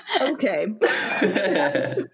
Okay